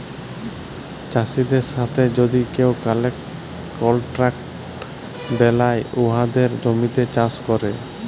চাষীদের সাথে যদি কেউ কলট্রাক্ট বেলায় উয়াদের জমিতে চাষ ক্যরে